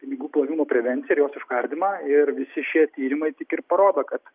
pinigų plovimo prevenciją ir jos užkardymą ir visi šie tyrimai tik ir parodo kad